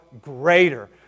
greater